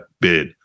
bid